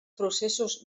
processos